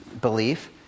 belief